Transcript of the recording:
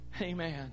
amen